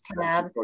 tab